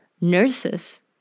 nurses